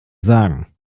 sagen